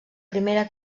primera